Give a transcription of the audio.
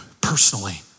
personally